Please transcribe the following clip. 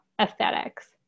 aesthetics